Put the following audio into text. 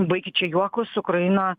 baikit čia juokus ukraina